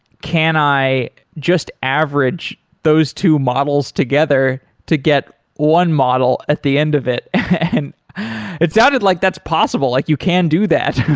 can i just average those two models together to get one model at the end of it? and it sounded like that's possible, like you can do that,